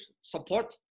support